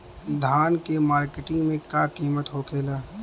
धान क मार्केट में का कीमत होखेला?